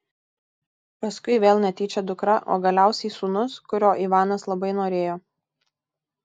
paskui vėl netyčia dukra o galiausiai sūnus kurio ivanas labai norėjo